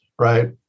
right